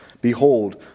Behold